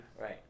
Right